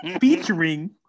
featuring